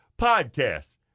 podcast